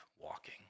walking